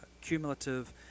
cumulative